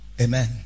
Amen